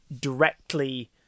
directly